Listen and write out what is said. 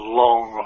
long